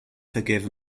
forgive